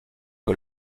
que